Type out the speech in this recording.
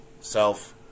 self